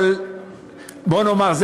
אבל בוא נאמר,